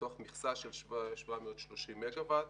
מתוך מכסה של 730 מגה וואט.